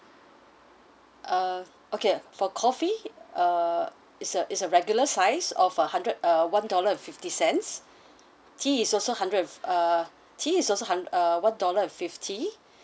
uh okay for coffee err it's a it's a regular size of a hundred uh one dollar and fifty cents tea is also hundred and err tea is also hun~ err one dollar and fifty